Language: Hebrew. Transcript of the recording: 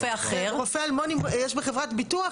ורופא אלמוני יש בחברת ביטוח,